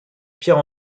pierre